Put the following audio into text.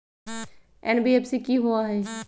NBFC कि होअ हई?